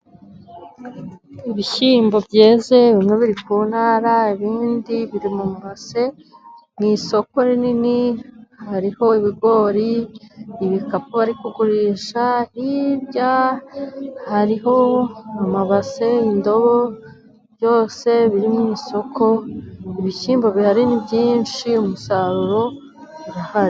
Ibishyimbo byeze, bimwe biri ku ntara, ibindi biri mu mabase. Mu isoko rinini hariho ibigori, ibikapu bari kugurisha, hariho amabase, indobo, byose biri mu isoko. Ibishyimbo bihari ni byinshi, umusaruro urahari.